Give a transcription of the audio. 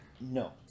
No